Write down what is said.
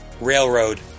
railroad